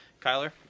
Kyler